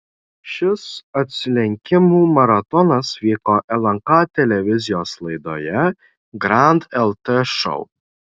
šis atsilenkimų maratonas vyko lnk televizijos laidoje grand lt šou